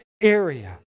area